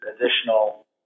additional